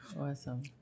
Awesome